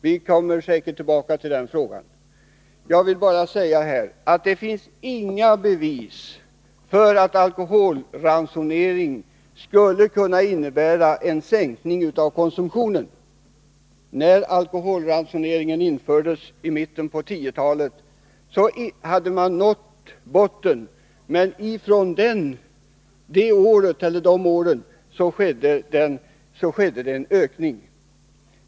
Vi kommer säkert tillbaka till den frågan. Jag vill bara säga att det inte finns några bevis för att alkoholransonering skulle kunna innebära en sänkning av konsumtionen. När alkoholransonering infördes i mitten av 1910-talet hade man nått botten, men från de åren skedde en ökning.